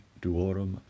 duorum